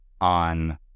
on